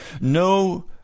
No